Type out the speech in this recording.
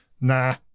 nah